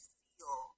feel